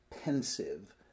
pensive